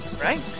Right